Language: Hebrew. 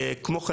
כמו כן,